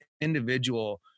individual